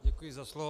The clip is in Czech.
Děkuji za slovo.